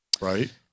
right